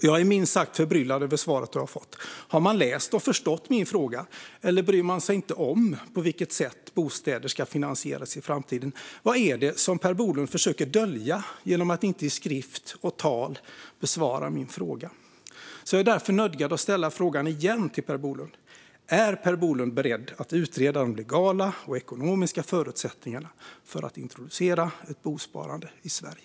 Jag är minst sagt förbryllad över svaret jag fått. Har man läst och förstått min fråga, eller bryr man sig inte om på vilket sätt bostäder ska finansieras i framtiden? Vad är det Per Bolund försöker att dölja genom att inte besvara min fråga? Jag är därför nödgad att ställa frågan igen till Per Bolund: Är Per Bolund beredd att utreda de legala och ekonomiska förutsättningarna för att introducera ett bosparande i Sverige?